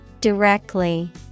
Directly